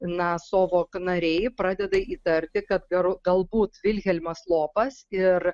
na sovok nariai pradeda įtarti kad gar galbūt vilhelmas lopas ir